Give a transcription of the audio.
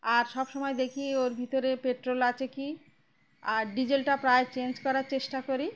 আর সবসময় দেখি ওর ভিতরে পেট্রোল আছে কি আর ডিজেলটা প্রায়ই চেঞ্জ করার চেষ্টা করি